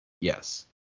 Yes